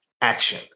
action